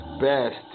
best